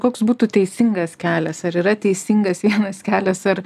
koks būtų teisingas kelias ar yra teisingas vienas kelias ar